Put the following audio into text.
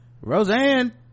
roseanne